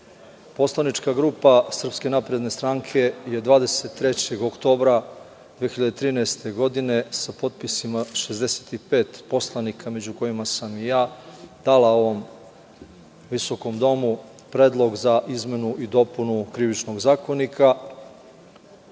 poslanička grupa SNS je 23. oktobra 2013. godine, sa potpisima 65 poslanika, među kojima sam i ja, dala ovom visokom domu Predlog za izmenu i dopunu Krivičnog zakonika.